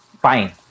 Fine